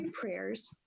prayers